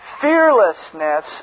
Fearlessness